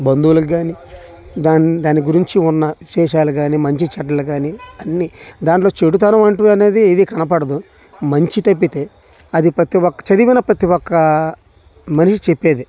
బంధువులకి గానీ దాన్ దాని గురించి ఉన్న విశేషాలు గానీ మంచి చెడ్డలు గానీ అన్నీ దాంట్లో చేడుతనం అంటూ అనేది ఏది కనపడదు మంచి తప్పితే అది పతి ఒక్క చదివన ప్రతి ఒక్క మనిషి చెప్పేదే